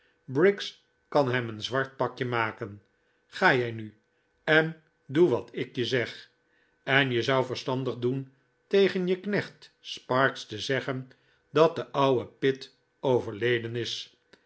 briggs kan hem een zwart pakje maken ga jij nu en doe wat ik je zeg en je zou verstandig doen tegen je knecht sparks te zeggen dat de ouwe pitt overleden is